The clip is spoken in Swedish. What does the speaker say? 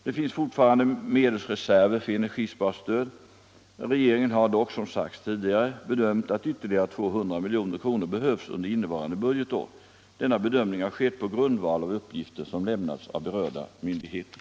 Det finns fortfarande medelsreserver för energisparstöd. Regeringen har dock bedömt att ytterligare 200 milj.kr. behövs under innevarande budgetår. Denna bedömning har skett på grundval av uppgifter som lämnats av berörda myndigheter.